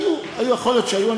היו, יכול להיות שהיו.